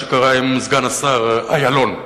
שקרתה עם סגן השר אילון.